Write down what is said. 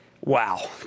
wow